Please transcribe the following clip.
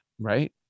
right